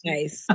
Nice